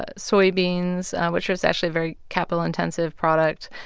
ah soybeans which is actually a very capital-intensive product,